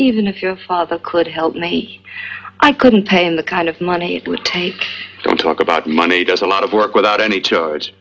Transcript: even if your father could help me i couldn't pay him the kind of money it would take don't talk about money does a lot of work without any charge